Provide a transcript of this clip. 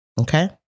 Okay